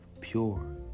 pure